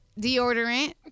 Deodorant